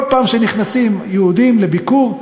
כל פעם שנכנסים יהודים לביקור,